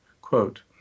Quote